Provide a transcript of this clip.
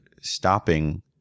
stopping